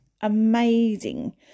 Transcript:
Amazing